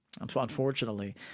Unfortunately